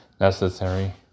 necessary